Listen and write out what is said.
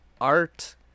art